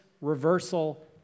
reversal